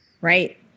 Right